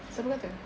siapa kata